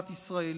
בירת ישראל.